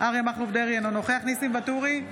אריה מכלוף דרעי, אינו נוכח ניסים ואטורי,